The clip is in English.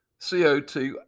co2